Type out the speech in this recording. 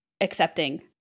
accepting